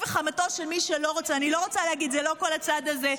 אני לא רוצה להגיד, זה לא כל הצד הזה.